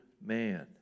man